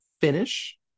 finish